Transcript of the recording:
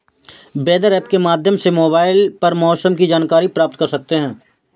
weather app के माध्यम से मोबाइल पर मौसम की जानकारी प्राप्त कर सकते हैं